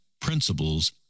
principles